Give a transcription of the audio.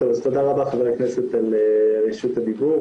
אז תודה רבה ח"כ על רשות הדיבור.